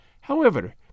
However